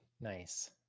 Nice